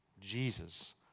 Jesus